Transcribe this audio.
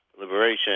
liberation